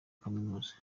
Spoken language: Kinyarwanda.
kaminuza